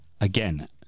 again